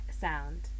sound